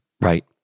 right